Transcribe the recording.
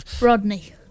Rodney